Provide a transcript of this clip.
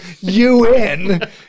UN